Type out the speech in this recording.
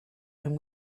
and